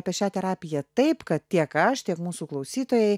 apie šią terapiją taip kad tiek aš tiek mūsų klausytojai